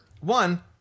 One